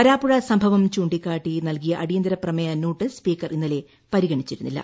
വരാപ്പുഴ സംഭവം ചൂണ്ടിക്കാട്ടി നൽകിയ അടിയന്തര പ്രമേയ നോട്ടീസ് സ്പീക്കർ ഇന്നലെ പരിഗണിച്ചിരുന്നില്ല